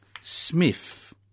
Smith